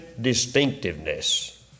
distinctiveness